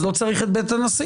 אז לא צריך את בית הנשיא.